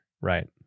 Right